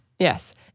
Yes